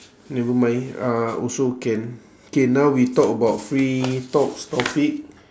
never mind uh also can K now we talk about free talks topic